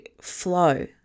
flow